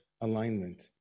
alignment